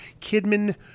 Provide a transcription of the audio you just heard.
Kidman